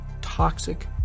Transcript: toxic